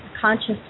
conscious